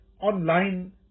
online